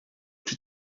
czy